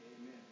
Amen